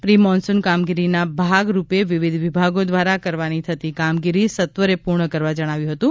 pre monsoon કામગીરીના ભાગરૂપે વિવિધ વિભાગો દ્વારા કરવાની થતી કામગીરી સત્વરે પૂર્ણ કરવા જણાવ્યું હતું